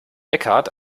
eckhart